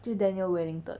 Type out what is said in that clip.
就是 Daniel Wellington